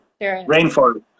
Rainforest